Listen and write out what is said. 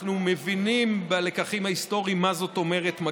אנחנו מבינים בלקחים ההיסטוריים מה זאת אומרת מגפה.